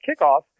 kickoff